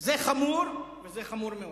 זה חמור, וזה חמור מאוד.